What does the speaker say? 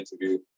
interview